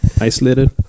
isolated